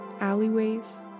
alleyways